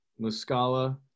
Muscala